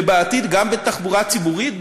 ובעתיד גם בתחבורה ציבורית,